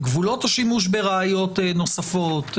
גבולות השימוש בראיות נוספות,